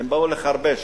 הן באו לחרבש.